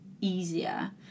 easier